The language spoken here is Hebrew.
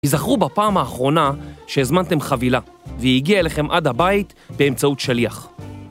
‫יזכרו בפעם האחרונה שהזמנתם חבילה, ‫והיא הגיעה אליכם עד הבית באמצעות שליח.